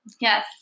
Yes